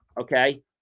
okay